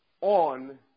on